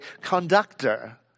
conductor